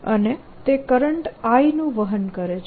અને તે current I નું વહન કરે છે